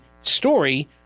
story